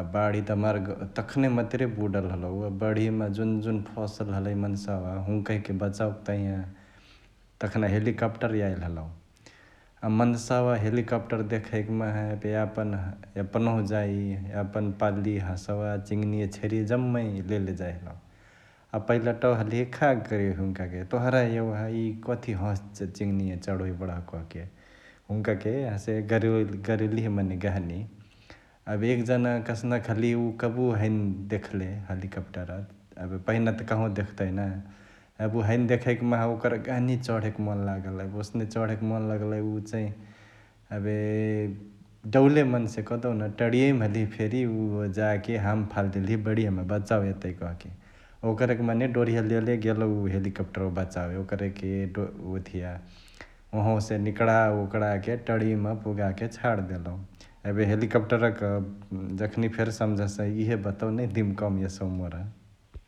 एबे बाढी त हमार् तखनै मतुरे बुडल हलौ, बढियामा जुन जुन फसल हलई मन्सावा हुन्कहिके बचाओके तहिया तखनी हेलिकप्टर याइली हलौ । अ मन्सावा हेलिकप्टर देखैक माहा एबे यापन्, यपन्हु जाइ यापन पाल्ली हंसवा, चिङ्निया, छेरिया जम्मै लेले जाइ हलौ । अ पाईलटवा हलिहे खा गरिओइ हुन्काके तोहरा एओह इ कथी हंस चिङ्निया चढओइ बढह कहके, हुन्काके हसे गर्‍योलिहे मने गहनी । एबे एक जाना कसनक हलिहे उ कबहु हैने देख्ले हेलिकप्टर एबे पहिना त कहवा देखतै ना, एबे उ हैने देखैक माहा ओकर गहनी चढेके मन लागल एबे ओसने चढेक मन लगलई उ चैं एबे डौले मन्से कहदेउन टंणिया मा हलिहे फेरी उअ जाके हाम फाल देलिहे बढियामा बचावे एतै कहके । ओकरे के मने डोरिहा लेले गेलौ हेलिकप्टरवा बचावे, ओकरेके ओथिया ओहवा से निकडाउक्डाके टंणियामा पुगाके छाड देलौ । एबे हेलिकप्टरक जखनी फेरी समझसही इहे बतवा नै दिमकावा मा एसौ मोर ।